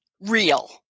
real